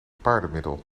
paardenmiddel